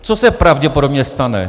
Co se pravděpodobně stane?